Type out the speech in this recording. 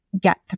get